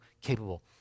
capable